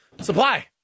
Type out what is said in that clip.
Supply